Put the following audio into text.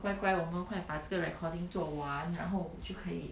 乖乖我们快点把这个 recording 做完然后就可以